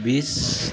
बिस